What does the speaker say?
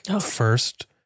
first